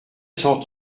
cent